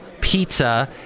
pizza